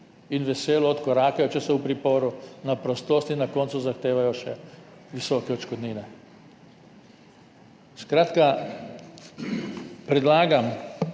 in veselo odkorakajo, če so v priporu, na prostost in na koncu zahtevajo še visoke odškodnine. Zato smo tudi predlagali,